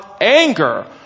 anger